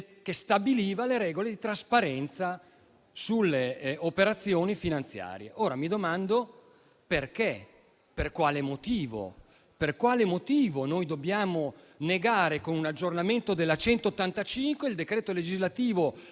che stabiliva regole di trasparenza sulle operazioni finanziarie. Ora, mi domando per quale motivo dobbiamo negare, con un aggiornamento della legge n. 185, il decreto legislativo